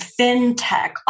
fintech